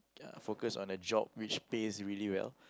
ya focus on the job which pays really well